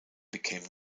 became